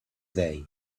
day